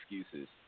excuses